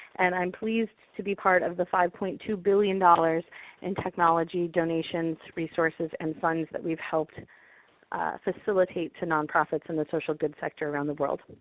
and i'm pleased to be part of the five point two billion dollars in technology, donations, resources, and funds that we've helped facilitate to nonprofits in the social good sector around the world.